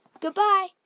Goodbye